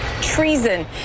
treason